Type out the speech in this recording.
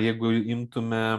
jeigu imtume